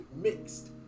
mixed